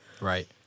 Right